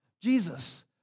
Jesus